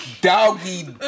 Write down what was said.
doggy